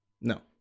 No